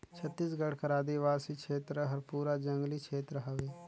छत्तीसगढ़ कर आदिवासी छेत्र हर पूरा जंगली छेत्र हवे